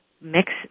mix